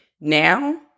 Now